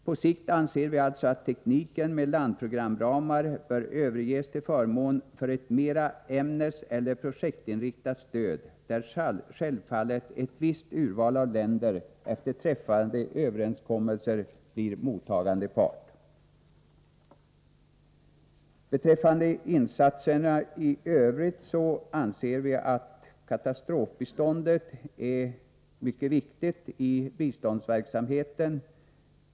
På sikt anser vi alltså att tekniken med landprogramramar bör överges till förmån för ett mera ämneseller projektinriktat stöd där, självfallet, ett visst urval av länder efter träffade överenskommelser blir mottagande part. Beträffande insatserna i övrigt anser vi att katastrofbiståndet är mycket viktigt i biståndsverksamheten.